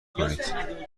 کنید